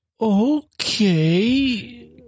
Okay